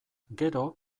gero